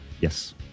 Yes